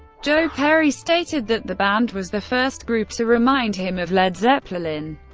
joe perry stated that the band was the first group to remind him of led zeppelin.